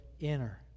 enter